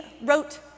wrote